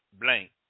blank